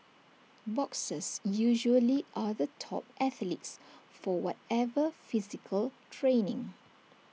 boxers usually are the top athletes for whatever physical training